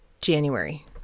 January